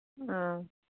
ꯑꯥ